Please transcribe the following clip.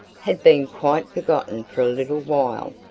had been quite forgotten for a little while.